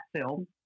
film